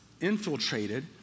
infiltrated